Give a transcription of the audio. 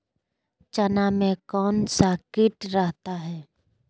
चना में कौन सा किट रहता है?